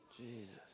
Jesus